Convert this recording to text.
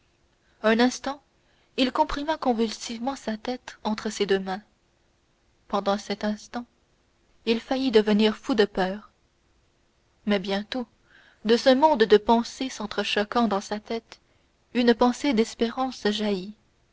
un instant il comprima convulsivement sa tête entre ses deux mains pendant cet instant il faillit devenir fou de peur mais bientôt de ce monde de pensées s'entrechoquant dans sa tête une pensée d'espérance jaillit